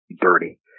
dirty